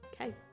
Okay